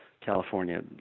California